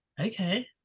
Okay